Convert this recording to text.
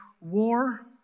war